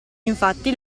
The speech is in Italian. infatti